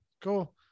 cool